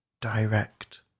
direct